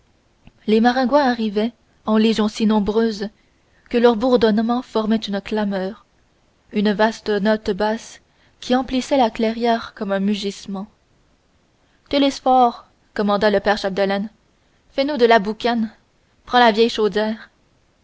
les maringouins arrivaient en légions si nombreuses que leur bourdonnement formait une clameur une vaste note basse qui emplissait la clairière comme un mugissement télesphore commanda le père chapdelaine fais-nous de la boucane prends la vieille chaudière